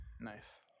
Nice